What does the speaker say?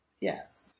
Yes